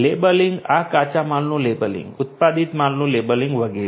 labelling આ કાચા માલનું લેબલીંગ ઉત્પાદિત માલનું લેબલીંગ વગેરે